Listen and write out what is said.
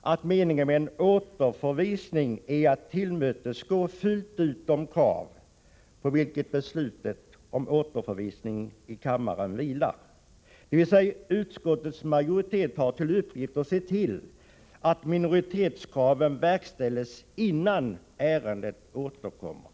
att meningen med en återförvisning är att fullt ut tillmötesgå de krav på vilka kammarens beslut om återförvisning vilar — dvs. utskottets majoritet har till uppgift att se till att minoritetens krav verkställs innan ärendet återkommer.